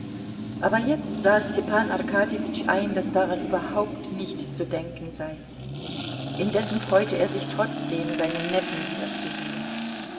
aber jetzt sah stepan arkadjewitsch ein daß daran überhaupt nicht zu denken sei indessen freute er sich trotzdem seinen neffen wiederzusehen